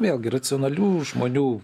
vėlgi racionalių žmonių